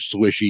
swishy